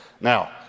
Now